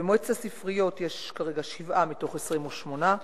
במועצת הספריות יש כרגע שבעה מתוך 28,